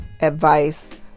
advice